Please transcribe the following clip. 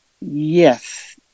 Yes